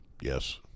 Yes